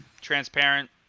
transparent